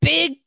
Big